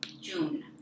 June